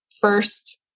first